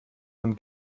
von